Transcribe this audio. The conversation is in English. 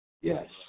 Yes